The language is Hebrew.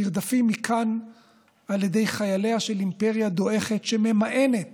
נרדפים מכאן על ידי חייליה של אימפריה דועכת שממאנת